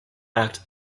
act